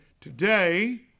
today